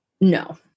No